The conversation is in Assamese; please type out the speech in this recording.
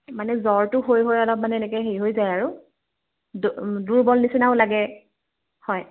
মানে জ্বৰটো হৈ হৈ অলপ মানে এনেকে হেৰি হৈ যায় আৰু দুৰ্বল নিচিনাও লাগে হয়